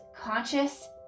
conscious